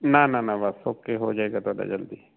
ਨਾ ਨਾ ਨਾ ਬਸ ਓਕੇ ਹੋ ਜਾਏਗਾ ਤੁਹਾਡਾ ਜਲਦੀ